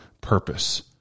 purpose